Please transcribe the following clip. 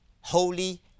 holy